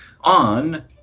on